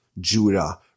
Judah